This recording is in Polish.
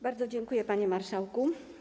Bardzo dziękuję, panie marszałku.